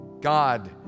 God